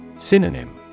Synonym